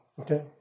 Okay